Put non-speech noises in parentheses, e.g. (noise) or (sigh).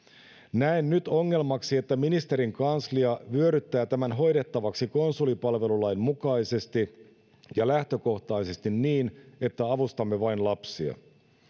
näen nyt ongelmaksi että ministerin kanslia vyöryttää tämän hoidettavaksi konsulipalvelulain mukaisesti (unintelligible) (unintelligible) ja lähtökohtaisesti niin että avustamme vain lapsia